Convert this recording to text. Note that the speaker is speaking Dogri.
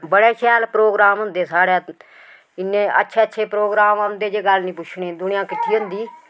बड़े शैल प्रोग्राम होंदे साढ़ै इन्ने अच्छे अच्छे प्रोग्राम औंदे जे गल्ल नी पुच्छनी दुनियां किट्ठी होंदी